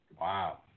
Wow